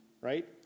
right